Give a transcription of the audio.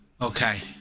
Okay